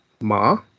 Ma